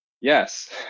yes